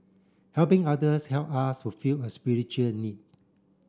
helping others help us fulfil a spiritual need